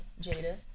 Jada